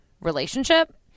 relationship